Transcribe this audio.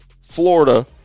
Florida